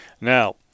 Now